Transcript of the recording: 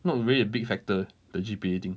not really a big factor the G_P_A thing